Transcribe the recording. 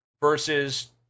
versus